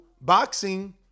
boxing